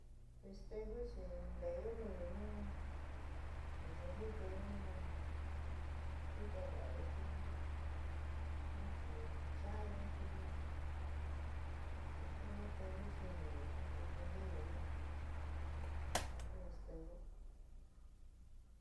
Espejú chi nteéyo núyo nu ntasa jitoyo nu jika va'ayo xi ni ku cha'anyo xi tu natinyo xiniyo xi te jiniyo nu ja ku espeju.